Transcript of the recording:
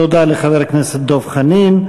תודה לחבר הכנסת דב חנין.